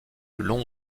long